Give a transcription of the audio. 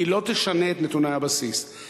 היא לא תשנה את נתוני הבסיס.